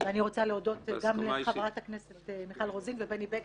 אני רוצה להודות לחברי הכנסת מיכל רוזין ובני בגין,